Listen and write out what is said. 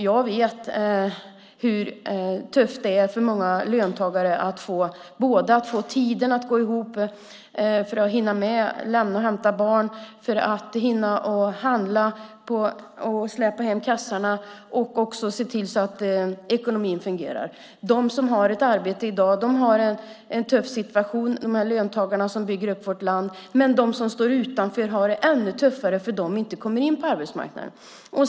Jag vet hur tufft det är för många löntagare att få tiden att gå ihop, att hinna med att lämna och hämta barn, att handla och släpa hem kassarna och att också se till att ekonomin fungerar. De som har ett arbete i dag, de löntagare som bygger upp vårt land, har en tuff situation, men de som står utanför har det ännu tuffare för att de inte kommer in på arbetsmarknaden.